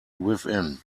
within